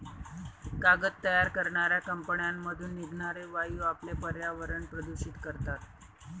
कागद तयार करणाऱ्या कंपन्यांमधून निघणारे वायू आपले पर्यावरण प्रदूषित करतात